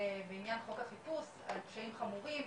בעניין חוק החיפוש, על פשעים חמורים,